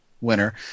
winner